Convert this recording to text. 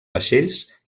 vaixells